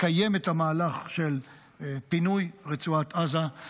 לקיים את המהלך של פינוי רצועת עזה,